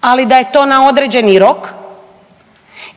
ali da je to na određeni rok